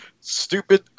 stupid